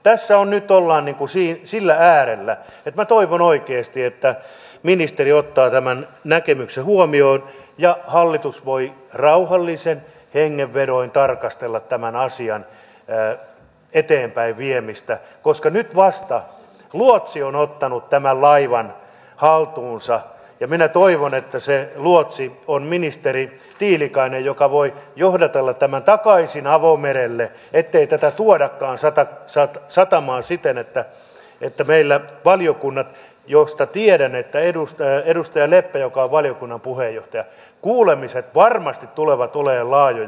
tässä ollaan nyt sillä äärellä että minä toivon oikeasti että ministeri ottaa tämän näkemyksen huomioon ja hallitus voi rauhallisin hengenvedoin tarkastella tämän asian eteenpäinviemistä koska nyt vasta luotsi on ottanut tämän laivan haltuunsa ja minä toivon että se luotsi on ministeri tiilikainen joka voi johdatella tämän takaisin avomerelle ettei tätä tuodakaan satamaan siten että meillä valiokunnan josta tiedän että edustaja leppä on valiokunnan puheenjohtaja kuulemiset varmasti tulevat olemaan laajoja